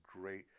great